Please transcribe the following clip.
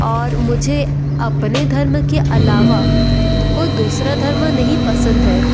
और मुझे अपने धर्म के अलावा कोई दूसरा धर्म नहीं पसंद है